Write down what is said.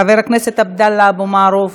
חבר הכנסת עבדאללה אבו מערוף,